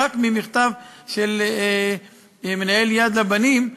רק ממכתב של יושב-ראש "יד לבנים"